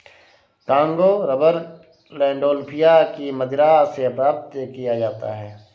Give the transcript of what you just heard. Congo rubber Landolphia की मदिरा से प्राप्त किया जाता है